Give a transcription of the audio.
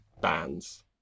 bands